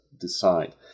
decide